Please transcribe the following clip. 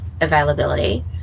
availability